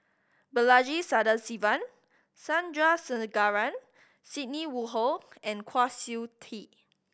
Balaji Sadasivan Sandrasegaran Sidney Woodhull and Kwa Siew Tee